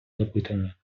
запитання